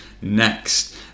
next